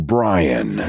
Brian